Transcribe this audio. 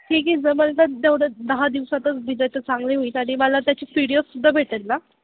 ठीक आहे जमेल तर तेवढं दहा दिवसातच दिले तर चांगले होईल आणि मला त्याची व्हिडियो सुद्धा भेटेल ना